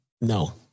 No